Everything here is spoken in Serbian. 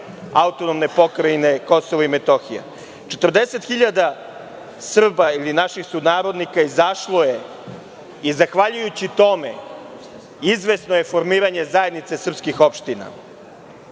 cele AP Kosovo i Metohija. 40.000 Srba ili naših sunarodnika izašlo je i zahvaljujući tome izvesno je formiranje zajednice srpskih opština. Takođe,